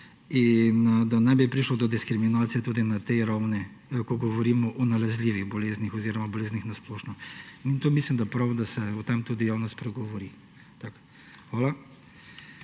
in da ne bi prišlo do diskriminacije tudi na tej ravni, ko govorimo o nalezljivih boleznih oziroma boleznih na splošno. Mislim, da je prav, da se o tem tudi javno spregovori. Hvala.